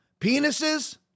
penises